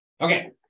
Okay